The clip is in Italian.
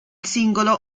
singolo